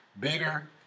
bigger